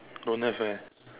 don't have eh